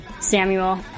Samuel